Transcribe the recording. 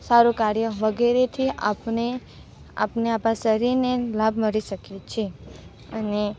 સારું કાર્ય વગેરેથી આપને આપને આપણાં શરીરને લાભ મળી શકે છે અને